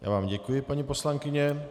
Já vám děkuji, paní poslankyně.